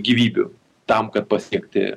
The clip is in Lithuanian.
gyvybių tam kad pasiekti